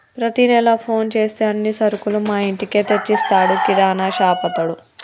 ప్రతి నెల ఫోన్ చేస్తే అన్ని సరుకులు మా ఇంటికే తెచ్చిస్తాడు కిరాణాషాపతడు